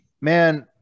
Man